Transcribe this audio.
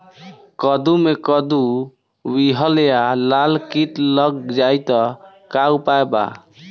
कद्दू मे कद्दू विहल या लाल कीट लग जाइ त का उपाय बा?